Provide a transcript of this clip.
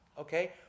okay